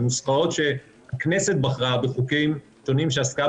הנוסחאות שהכנסת בחרה בחוקים שונים שעסקה